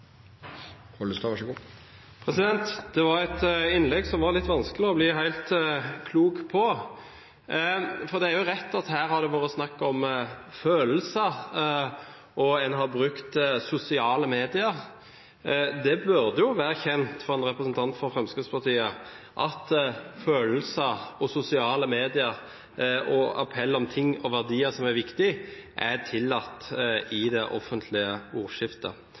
Det var et innlegg som var litt vanskelig å bli helt klok på. Det er jo rett at det har vært snakk om følelser, og en har brukt sosiale medier. Det burde være kjent for en representant fra Fremskrittspartiet at følelser og sosiale medier, appell om ting og verdier som er viktige, er tillatt i det offentlige ordskiftet.